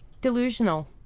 delusional